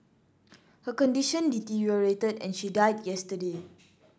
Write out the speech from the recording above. her condition deteriorated and she died yesterday